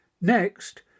Next